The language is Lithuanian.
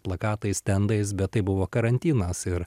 plakatais stendais bet tai buvo karantinas ir